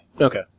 Okay